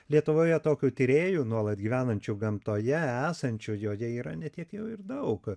lietuvoje tokių tyrėjų nuolat gyvenančių gamtoje esančių joje yra ne tiek jau ir daug